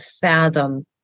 fathom